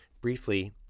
Briefly